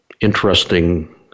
interesting